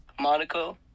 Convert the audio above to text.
Monaco